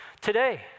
today